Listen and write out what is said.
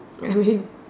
I mean